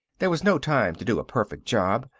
there was no time to do a perfect job,